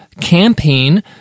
campaign